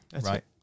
right